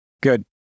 Good